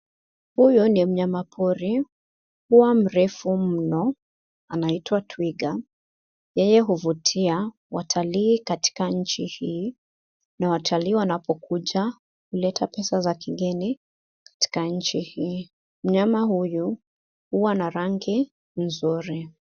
Huyu ni mnyamapori. Huwa mrefu mno . Anaitwa twiga. Yeye huvutia watalii katika nchi hii na watalii wanapokuja huleta pesa za kigeni katika nchi hii. Mnyama huyu huwa na rangi mzuri.